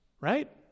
right